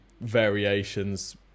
variations